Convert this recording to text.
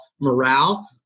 morale